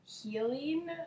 healing